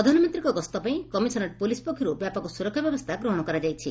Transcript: ପ୍ରଧାନମନ୍ତୀଙ୍କ ଗସ୍ତ ପାଇଁ କମିଶନରେଟ ପୋଲିସ ପକ୍ଷରୁ ବ୍ୟାପକ ସୁରକ୍ଷା ବ୍ୟବସ୍ରା ଗ୍ରହଣ କରାଯାଇଛି